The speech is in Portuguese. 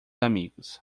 amigos